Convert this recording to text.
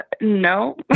no